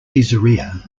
caesarea